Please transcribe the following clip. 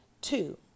Two